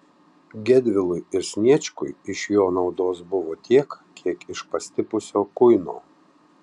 gedvilui ir sniečkui iš jo naudos buvo tiek kiek iš pastipusio kuino